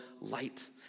light